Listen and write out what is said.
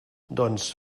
doncs